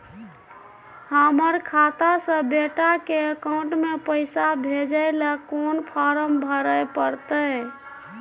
हमर खाता से बेटा के अकाउंट में पैसा भेजै ल कोन फारम भरै परतै?